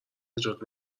نجات